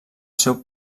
seu